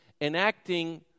Enacting